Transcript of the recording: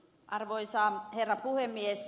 arvoisa herra puhemies